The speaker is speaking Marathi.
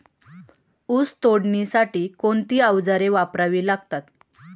ऊस तोडणीसाठी कोणती अवजारे वापरावी लागतात?